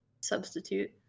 substitute